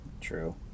True